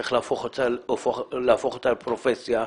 צריך להפוך אותה לפרופסיה.